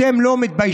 אתם לא מתביישים?